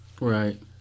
Right